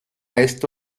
esto